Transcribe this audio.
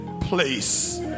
place